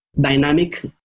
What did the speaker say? dynamic